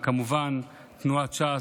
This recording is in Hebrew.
וכמובן תנועת ש"ס,